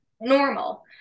normal